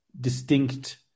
distinct